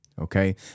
Okay